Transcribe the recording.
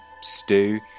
stew